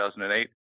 2008